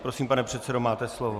Prosím, pane předsedo, máte slovo.